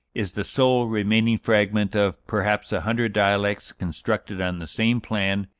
is the sole remaining fragment of, perhaps, a hundred dialects constructed on the same plan,